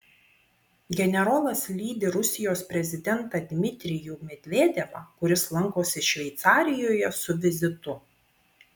generolas lydi rusijos prezidentą dmitrijų medvedevą kuris lankosi šveicarijoje su vizitu